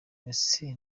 ese